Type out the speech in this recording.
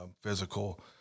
physical